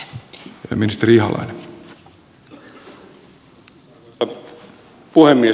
arvoisa puhemies